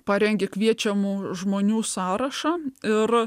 parengė kviečiamų žmonių sąrašą ir